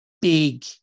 big